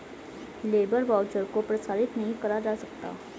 labour voucher को प्रसारित नहीं करा जा सकता